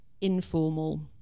informal